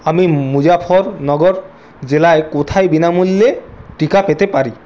আমি মুজাফফরনগর জেলায় কোথায় বিনামূল্যে টিকা পেতে পারি